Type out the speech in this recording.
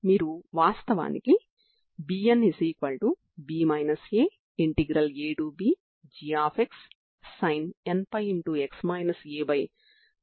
మీరు అనంతమైన స్ట్రింగ్ ని కలిగి ఉన్నారు